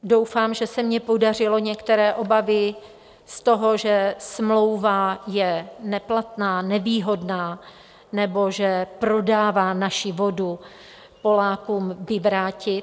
Doufám, že se mi podařilo některé obavy z toho, že smlouva je neplatná, nevýhodná nebo že prodává naši vodu Polákům, vyvrátit.